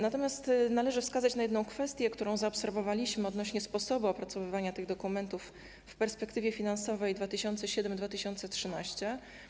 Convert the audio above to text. Natomiast należy wskazać na jedną kwestię, którą zaobserwowaliśmy odnośnie do sposobu opracowywania tych dokumentów w perspektywie finansowej na lata 2007-2013.